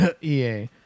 EA